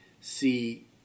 see